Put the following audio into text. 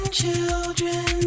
children